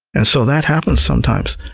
and so that happens sometimes,